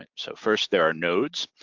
and so first there are nodes,